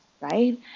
right